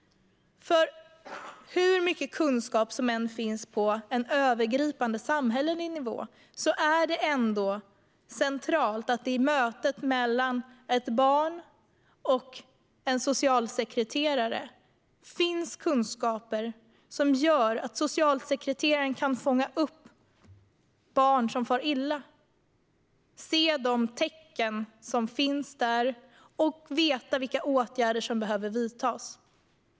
Hur mycket kunskap som än finns på övergripande, samhällelig nivå är det nämligen ändå centralt att det i mötet mellan ett barn och en socialsekreterare finns kunskaper som gör att socialsekreteraren kan fånga upp barn som far illa, ser de tecken som finns där och vet vilka åtgärder som behöver vidtas.